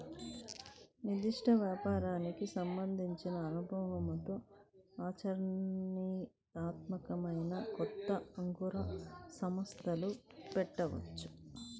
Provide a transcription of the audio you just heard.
నిర్దిష్ట వ్యాపారానికి సంబంధించిన అనుభవంతో ఆచరణీయాత్మకమైన కొత్త అంకుర సంస్థలు పెట్టొచ్చు